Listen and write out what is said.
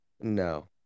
No